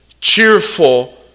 cheerful